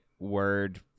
word